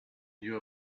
knew